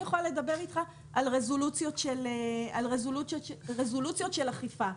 אני יכולה לדבר איתך על רזולוציות של אכיפה.